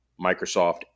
Microsoft